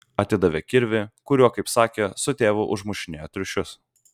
atidavė kirvį kuriuo kaip sakė su tėvu užmušinėjo triušius